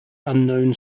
unknown